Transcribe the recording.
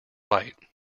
fight